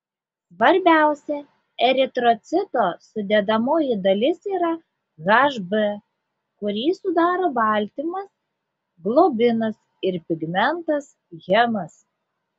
svarbiausia eritrocito sudedamoji dalis yra hb kurį sudaro baltymas globinas ir pigmentas hemas